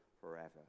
forever